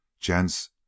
Gents